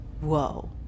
Whoa